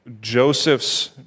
Joseph's